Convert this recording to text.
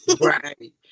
Right